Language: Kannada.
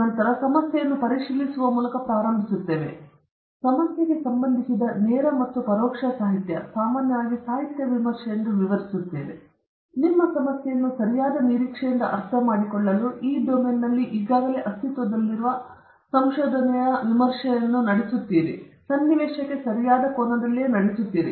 ನಂತರ ನಾವು ಸಮಸ್ಯೆಯನ್ನು ಪರಿಶೀಲಿಸುವ ಮೂಲಕ ಪ್ರಾರಂಭಿಸುತ್ತೇವೆ ಮತ್ತು ಸಮಸ್ಯೆಗೆ ಸಂಬಂಧಿಸಿದ ನೇರ ಮತ್ತು ಪರೋಕ್ಷ ಸಾಹಿತ್ಯ ನಾವು ಸಾಮಾನ್ಯವಾಗಿ ಸಾಹಿತ್ಯ ವಿಮರ್ಶೆ ಎಂದು ವಿವರಿಸುತ್ತೇವೆ ಅಥವಾ ನಿಮ್ಮ ಸಮಸ್ಯೆಯನ್ನು ಸರಿಯಾದ ನಿರೀಕ್ಷೆಯಿಂದ ಅರ್ಥಮಾಡಿಕೊಳ್ಳಲು ಈ ಡೊಮೇನ್ನಲ್ಲಿ ಈಗಾಗಲೇ ಅಸ್ತಿತ್ವದಲ್ಲಿರುವ ಸಂಶೋಧನೆಯ ವಿಮರ್ಶೆಯನ್ನು ನಡೆಸುತ್ತೇವೆ ಮತ್ತು ಸನ್ನಿವೇಶಕ್ಕೆ ಸರಿಯಾದ ಕೋನದಲ್ಲಿ ನಡೆಸುತ್ತೇವೆ